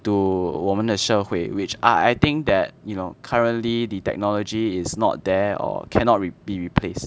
to 我们的社会 which I I think that you know currently the technology is not there or cannot be replaced